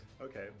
Okay